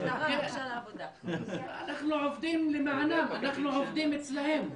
אנחנו עובדים למענם, אנחנו עובדים אצלם.